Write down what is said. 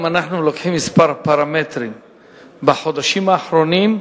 אם אנחנו לוקחים כמה פרמטרים בחודשים האחרונים,